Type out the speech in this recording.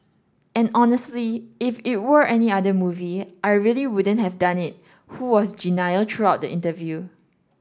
and honestly if it were any other movie I really wouldn't have done it who was genial throughout the interview